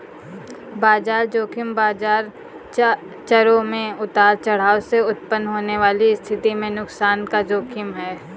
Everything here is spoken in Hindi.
बाजार ज़ोखिम बाजार चरों में उतार चढ़ाव से उत्पन्न होने वाली स्थिति में नुकसान का जोखिम है